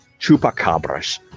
Chupacabras